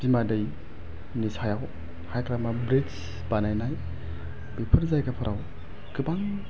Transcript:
बिमा दैनि सायाव हाग्रामा ब्रिद्ज बानायनाय बेफोर जायगाफोराव गोबां